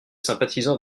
sympathisants